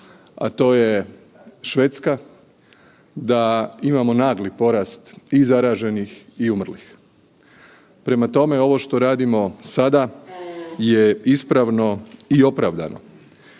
a to je Švedska da imamo nagli porast i zaraženih i umrlih. Prema tome, ovo što radimo sada je ispravno i opravdano.